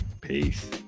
peace